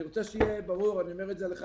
אני רוצה שיהיה ברור אני אומר את זה לך,